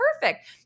perfect